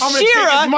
Shira